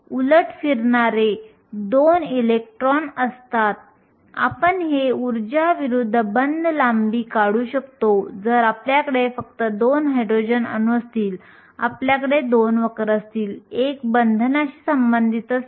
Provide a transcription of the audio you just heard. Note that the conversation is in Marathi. तर सिलिकॉनपेक्षा दहा पट कमी हे अतिनील क्षेत्रामध्ये असतात तर काच पारदर्शक का असते हे पुन्हा स्पष्ट करते